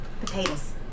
potatoes